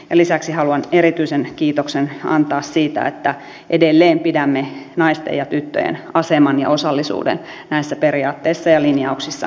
lisäksi haluan erityisen kiitoksen antaa siitä että edelleen pidämme naisten ja tyttöjen aseman ja osallisuuden näissä periaatteissa ja linjauksissa korkealla tasolla